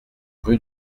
rue